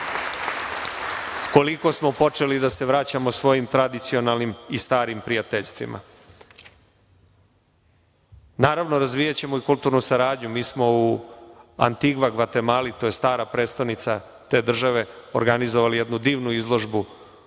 koliko smo počeli da se vraćamo svojim tradicionalnim i starim prijateljstvima. Naravno, razvijaćemo i kulturnu saradnju. Mi smo u Antigva Gvatemali, to je stara prestonica te države, organizovali jednu divnu izložbu o srpskom